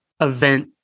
event